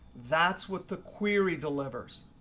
that's what the query delivers.